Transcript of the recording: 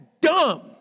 dumb